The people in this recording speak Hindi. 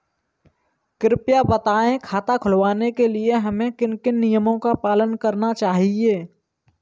कृपया बताएँ खाता खुलवाने के लिए हमें किन किन नियमों का पालन करना चाहिए?